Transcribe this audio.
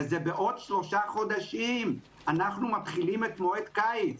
וזה בעוד שלושה חודשים אנחנו מתחילים את מועד קיץ,